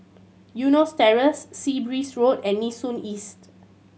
Eunos Terrace Sea Breeze Road and Nee Soon East